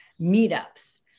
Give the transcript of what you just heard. meetups